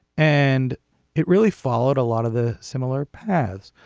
and it really followed a lot of the similar paths.